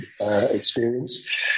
experience